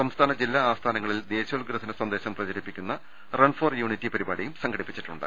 സംസ്ഥാന ജില്ലാ ആസ്ഥാനങ്ങളിൽ ദേശീയോദ്ഗ്രഥന സന്ദേശം പ്രപച രി പ്പി ക്കുന്ന റൺ ഫോർ യൂണിറ്റി പരിപാടിയും സംഘടിപ്പിച്ചിട്ടുണ്ട്